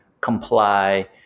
comply